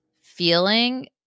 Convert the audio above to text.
feeling